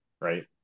right